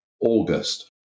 August